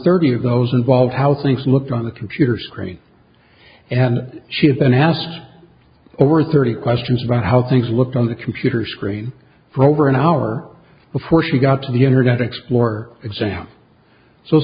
thirty of those involved how things looked on the computer screen and she had been asked over thirty questions about how things look on the computer screen for over an hour before she got to the internet explorer exam so it's